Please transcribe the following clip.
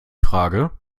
frage